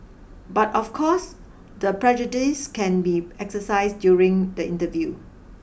but of course the prejudice can be exercised during the interview